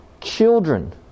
children